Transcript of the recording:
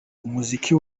umuziki